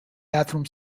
bathroom